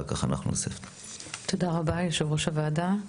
תודה רבה יושב-ראש הוועדה.